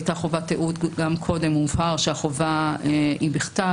הייתה חובת תיעוד גם קודם והובהר שהחובה היא בכתב.